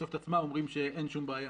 מייקרוסופט עצמה אומרת שאין שום בעיה.